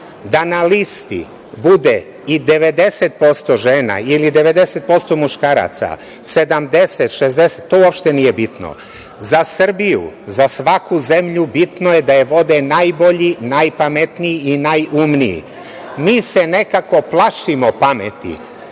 da na listi bude i 90% žena ili 90% muškaraca, 70%, 60%, to uopšte nije bitno. Za Srbiju, za svaku zemlju, bitno je da je vode najbolji, najpametniji i najumniji. Mi se nekako plašimo pameti,